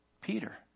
Peter